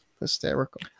Hysterical